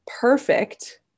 perfect